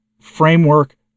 framework